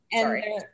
sorry